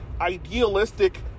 idealistic